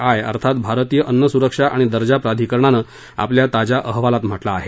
I अर्थात भारतीय अन्नसुरक्षा आणि दर्जा प्राधिकरणानं आपल्या ताज्या अहवालात म्हटलं आहे